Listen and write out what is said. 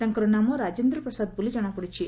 ତାଙ୍କର ନାମ ରାଜେନ୍ଦ୍ର ପ୍ରସାଦ ବୋଲି କଣାପଡ଼ିଛି